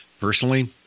Personally